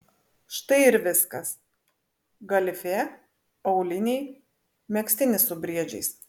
štai ir viskas galifė auliniai megztinis su briedžiais